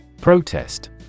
Protest